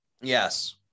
yes